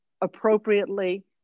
appropriately